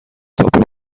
تاپ